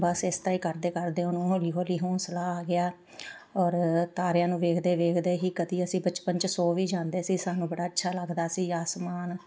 ਬਸ ਇਸ ਤਰ੍ਹਾਂ ਹੀ ਕਰਦੇ ਕਰਦੇ ਉਹਨੂੰ ਹੌਲੀ ਹੌਲੀ ਹੌਂਸਲਾ ਆ ਗਿਆ ਔਰ ਤਾਰਿਆਂ ਨੂੰ ਵੇਖਦੇ ਵੇਖਦੇ ਹੀ ਕਦੇ ਅਸੀਂ ਬਚਪਨ 'ਚ ਸੌ ਵੀ ਜਾਂਦੇ ਸੀ ਸਾਨੂੰ ਬੜਾ ਅੱਛਾ ਲੱਗਦਾ ਸੀ ਆਸਮਾਨ